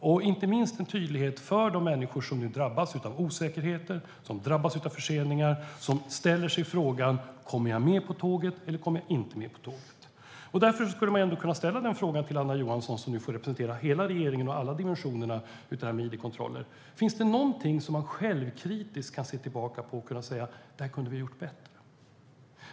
Inte minst hade det behövts en tydlighet för de människor som drabbas av osäkerhet, som drabbas av förseningar, som frågar sig om de kommer med på tåget eller inte. Därför skulle man ändå kunna ställa frågan till Anna Johansson, som får representera hela regeringen och alla dimensioner av detta med id-kontroller: Finns det något som man självkritiskt kan se tillbaka på och säga att man kunde ha gjort bättre?